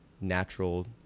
natural